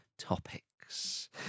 Topics